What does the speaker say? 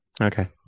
Okay